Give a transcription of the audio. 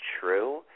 true